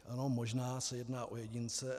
Ano, možná se jedná o jedince.